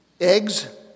eggs